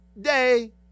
day